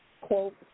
quote